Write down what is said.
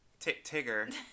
tigger